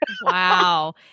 wow